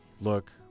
look